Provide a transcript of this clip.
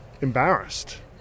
embarrassed